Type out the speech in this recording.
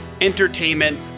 entertainment